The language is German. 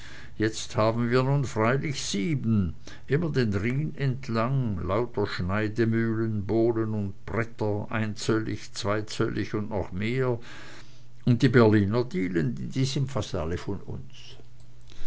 jetzt haben wir nun freilich sieben immer den rhin entlang lauter schneidemühlen bohlen und bretter einzöllig zweizöllig und noch mehr und die berliner dielen die sind fast alle von uns